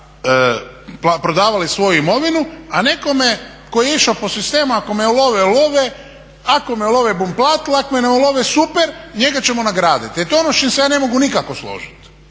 prodavali svoju imovinu, a nekome ko je išao po sistemu ako me ulove ulove, ako me ulove bum platil, ako me ne ulove super, njega ćemo nagraditi. I to je ono s čim se ja ne mogu nikako složiti.